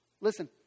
listen